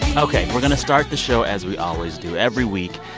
ok. we're going to start the show as we always do every week,